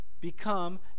become